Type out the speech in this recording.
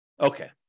Okay